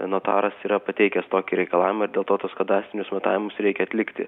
notaras yra pateikęs tokį reikalavimą ir dėl to tuos kadastrinius matavimus reikia atlikti